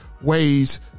ways